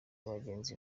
bagenzi